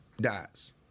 dies